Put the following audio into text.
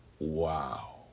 wow